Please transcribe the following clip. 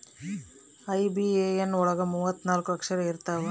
IBAN ಒಳಗ ಮೂವತ್ತು ನಾಲ್ಕ ಅಕ್ಷರ ಇರ್ತವಾ